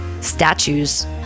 statues